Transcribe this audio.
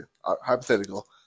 hypothetical